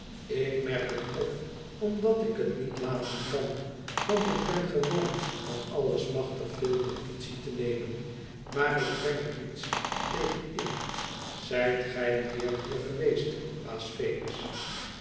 ik merk het op omdat ik het niet laten kan want ik ben gewoon van alles machtig veel notitie te nemen maar ik breng er niets tegen in zijt gij meer hier geweest baas venus